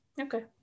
Okay